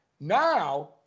Now